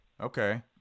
Okay